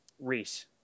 Reese